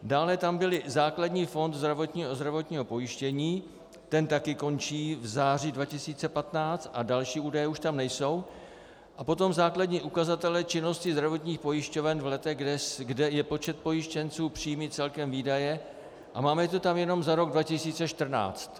Dále tam byly základní fond zdravotního pojištění, ten taky končí v září 2015, a další údaje už tam nejsou, a potom základní ukazatele činnosti zdravotních pojišťoven v letech, kde je počet pojištěnců, příjmy celkem, výdaje, a máme to tam jenom za rok 2014.